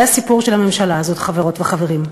זה הסיפור של הממשלה הזאת, חברות וחברים.